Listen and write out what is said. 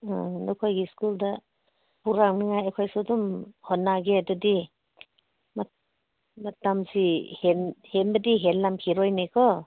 ꯅꯈꯣꯏꯒꯤ ꯁ꯭ꯀꯨꯜꯗ ꯄꯨꯔꯛꯅꯤꯡꯉꯥꯏ ꯑꯩꯈꯣꯏꯁꯨ ꯑꯗꯨꯝ ꯍꯣꯠꯅꯒꯦ ꯑꯗꯨꯗꯤ ꯃꯇꯝꯁꯤ ꯍꯦꯟꯕꯗꯤ ꯍꯦꯜꯂꯝꯈꯤꯔꯣꯏꯅꯦꯀꯣ